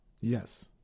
Yes